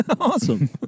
Awesome